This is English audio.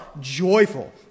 joyful